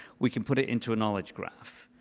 we can put it into a knowledge graph.